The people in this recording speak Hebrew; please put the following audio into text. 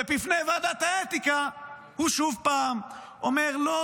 ובפני ועדת האתיקה הוא שוב פעם אומר: לא,